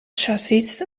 chassis